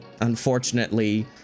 unfortunately